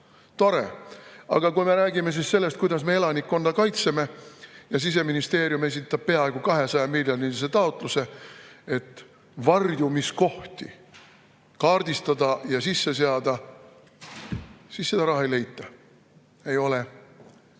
Tore! Aga kui me räägime sellest, kuidas me elanikkonda kaitseme ja Siseministeerium esitab peaaegu 200-miljonilise taotluse, et varjumiskohti kaardistada ja sisse seada, siis seda raha ei leita. Ei ole!